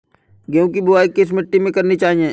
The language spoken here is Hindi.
गेहूँ की बुवाई किस मिट्टी में करनी चाहिए?